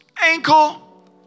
ankle